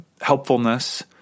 helpfulness